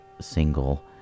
single